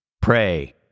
Pray